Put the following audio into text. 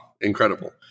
incredible